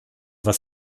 was